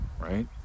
Right